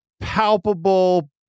palpable